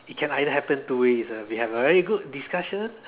it can either happen two ways lah we have a very good discussion